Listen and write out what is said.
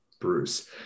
Bruce